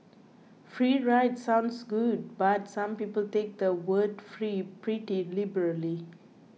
free rides sounds good but some people take the word free pretty liberally